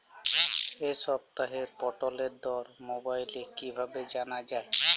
এই সপ্তাহের পটলের দর মোবাইলে কিভাবে জানা যায়?